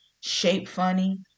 shape-funny